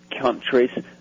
countries